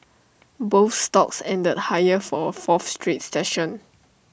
both stocks ended higher for A fourth straight session